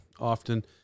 often